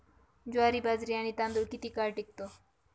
ज्वारी, बाजरी आणि तांदूळ किती काळ टिकतो?